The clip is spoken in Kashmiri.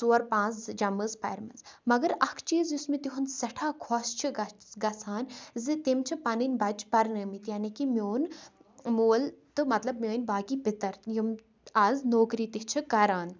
ژور پانٛژھ جمٲژ پَرِمَژٕ مگر اَکھ چیٖز یُس مےٚ تِہُنٛد سٮ۪ٹھاہ خۄش چھِ گژھ گژھان زِ تٔمۍ چھِ پنٕنۍ بَچہِ پَرنٲومٕتۍ یعنی کہِ میون مول تہٕ مطلب میٲنۍ باقٕے پِتَر یِم اَز نوکری تہِ چھِ کَران